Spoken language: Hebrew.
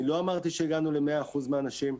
אני לא אמרתי שהגענו ל-100% מהאנשים.